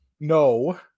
no